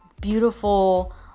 beautiful